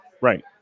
Right